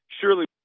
surely